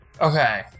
okay